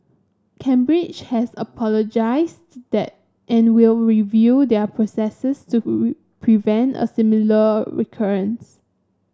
Cambridge has apologises and will review their processes to prevent a similar recurrence